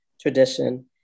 tradition